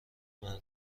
مردم